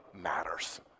matters